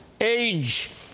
age